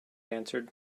answered